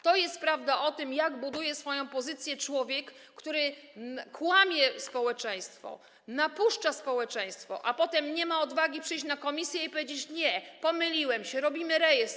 To jest prawda o tym, jak buduje swoją pozycję człowiek, który okłamuje społeczeństwo, napuszcza społeczeństwo, a potem nie ma odwagi przyjść na obrady komisji i powiedzieć: nie, pomyliłem się, robimy rejestr.